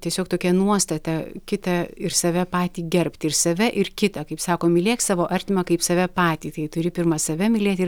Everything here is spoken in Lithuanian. tiesiog tokia nuostata kitą ir save patį gerbti ir save ir kitą kaip sako mylėk savo artimą kaip save patį tai turi pirma save mylėti ir